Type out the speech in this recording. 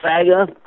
Saga